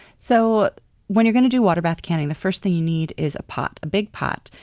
so when you're going to do water bath canning, the first thing you need is a pot a big pot.